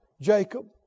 Jacob